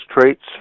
traits